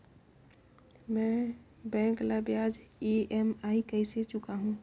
मैं बैंक ला ब्याज ई.एम.आई कइसे चुकाहू?